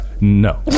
No